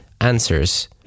answers